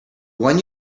one